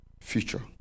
future